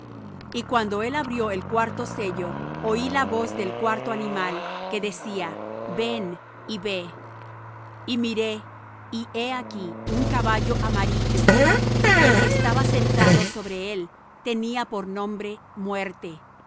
y cuando él abrió el cuarto sello oí la voz del cuarto animal que decía ven y ve y miré y he aquí un caballo amarillo y el que estaba sentado sobre él tenía por nombre muerte